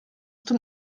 zum